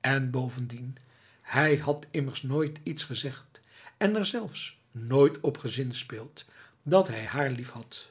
en bovendien hij had immers nooit iets gezegd en er zelfs nooit op gezinspeeld dat hij haar liefhad